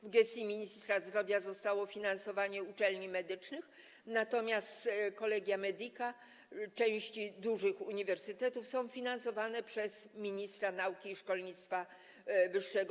W gestii ministra zdrowia zostało finansowanie uczelni medycznych, natomiast collegia medica, części dużych uniwersytetów, są finansowane przez ministra nauki i szkolnictwa wyższego.